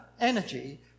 energy